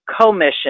commission